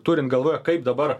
turint galvoje kaip dabar